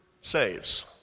saves